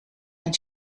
mijn